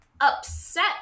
upset